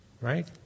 Right